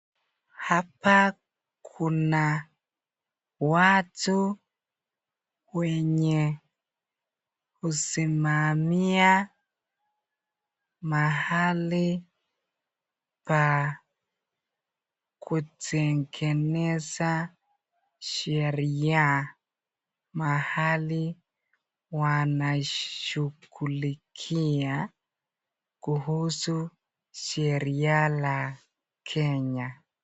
Hapa kuna watu wenye kusimamia mahali pa kutengenza sheria mahali wanashughulikia kuhusu sheria la kenya.